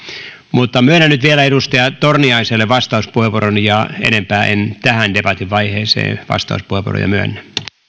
mutta myönnän nyt vielä edustaja torniaiselle vastauspuheenvuoron ja enempää en tähän debatin vaiheeseen vastauspuheenvuoroja myönnä